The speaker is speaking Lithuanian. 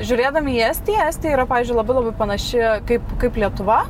žiūrėdami į estiją estija yra pavyzdžiui labai labai panaši kaip kaip lietuva